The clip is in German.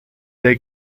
der